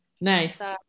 Nice